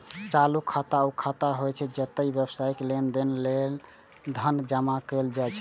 चालू खाता ऊ खाता होइ छै, जतय व्यावसायिक लेनदेन लेल धन जमा कैल जाइ छै